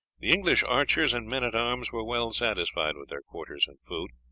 the english archers and men-at-arms were well satisfied with their quarters and food,